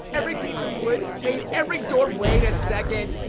every piece of wood, made every door, wait a second.